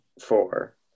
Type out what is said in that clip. four